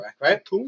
Right